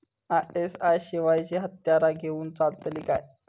ISI शिवायची हत्यारा घेऊन चलतीत काय?